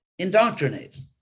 indoctrinates